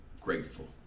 grateful